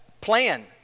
Plan